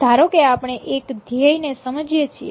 ધારો કે આપણે એક ધ્યેય ને સમજીએ છીએ